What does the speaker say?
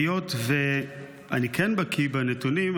היות שאני כן בקיא בנתונים,